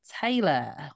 Taylor